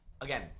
Again